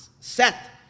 set